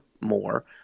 more